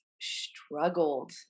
struggled